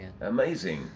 amazing